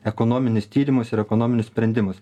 ekonominius tyrimus ir ekonominius sprendimus